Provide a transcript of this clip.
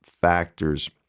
factors